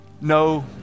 No